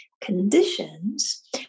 conditions